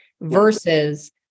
versus